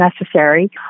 necessary